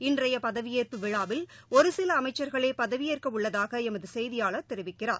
இன்றையபதவியேற்பு விழாவில் ஒருசிலஅமைச்சர்களேபதவியேற்கவுள்ளதாகளமதுசெய்தியாளர் தெரிவிக்கிறார்